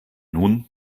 nun